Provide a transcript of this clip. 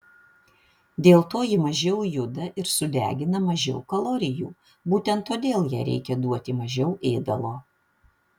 dėl to ji mažiau juda ir sudegina mažiau kalorijų būtent todėl jai reikia duoti mažiau ėdalo